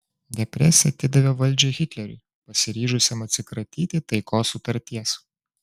depresija atidavė valdžią hitleriui pasiryžusiam atsikratyti taikos sutarties